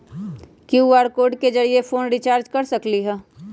QR code के जरिय phone recharge कर सकली ह?